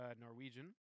Norwegian